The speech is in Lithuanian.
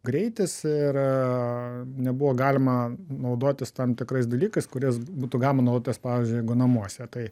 greitis ir nebuvo galima naudotis tam tikrais dalykais kuriais būtų galima naudotis pavyzdžiui jeigu namuose tai